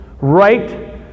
right